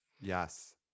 Yes